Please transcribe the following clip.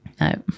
no